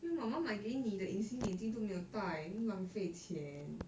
mm 我们买给你的隐形眼镜都没有戴又浪费钱